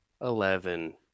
Eleven